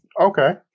okay